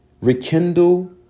rekindle